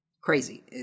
Crazy